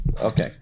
Okay